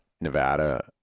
Nevada